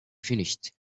finished